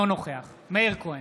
אינו נוכח מאיר כהן,